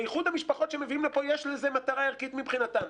לאיחוד המשפחות שמביאים לפה יש לזה מטרה ערכית מבחינתם,